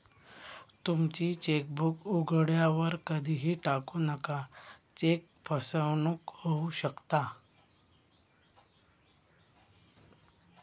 तुमची चेकबुक उघड्यावर कधीही टाकू नका, चेक फसवणूक होऊ शकता